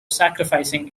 sacrificing